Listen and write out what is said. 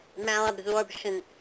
malabsorption